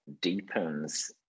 deepens